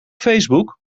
facebook